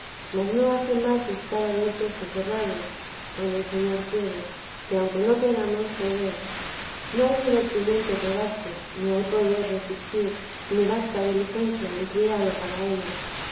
mas no hace más estar abiertos que cerrados cuando el señor quiere que aunque no queramos se ve no hay divertimiento que baste ni hay poder resistir ni basta diligencia ni cuidado para ello